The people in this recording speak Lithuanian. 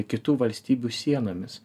kitų valstybių sienomis